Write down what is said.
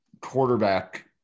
quarterback